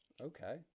okay